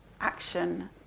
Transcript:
action